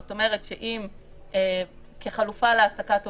זאת אומרת שחלופה להעסקת עובדים,